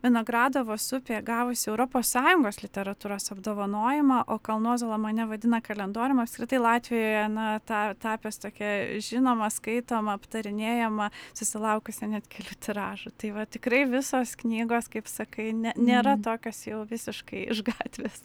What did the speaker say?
vinogradavos upė gavusi europos sąjungos literatūros apdovanojimą o kalnuozuolo mane vadina kalendorium apskritai latvijoje nuo ta tapęs tokia žinoma skaitoma aptarinėjama susilaukusia net kelių tiražų tai va tikrai visos knygos kaip sakai ne nėra tokios jau visiškai iš gatvės